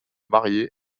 mariée